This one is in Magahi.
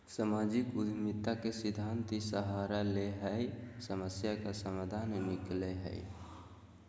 सामाजिक उद्यमिता के सिद्धान्त इ सहारा ले हइ समस्या का समाधान निकलैय हइ